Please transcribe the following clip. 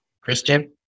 Christian